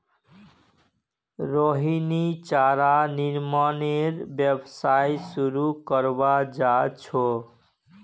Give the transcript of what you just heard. रोहिणी चारा निर्मानेर व्यवसाय शुरू करवा चाह छ